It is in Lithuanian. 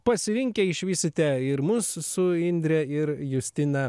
pasirinkę išvysite ir mus su indre ir justina